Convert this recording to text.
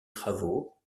travaux